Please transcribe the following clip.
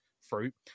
fruit